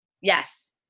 Yes